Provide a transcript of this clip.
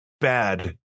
bad